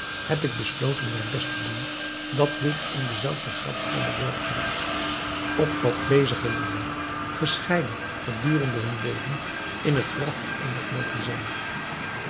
heb ik besloten mijn best te doen dat dit in de zelfde graftombe worde gelegd opdat deze gelieven gescheiden gedurende hun leven in het graf vereenigd mogen zijn